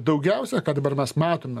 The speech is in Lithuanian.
daugiausia ką dabar mes matome